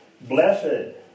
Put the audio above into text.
Blessed